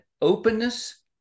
openness